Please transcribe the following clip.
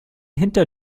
hinter